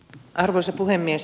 arvoisa puhemies